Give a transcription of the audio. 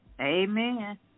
Amen